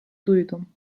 duydum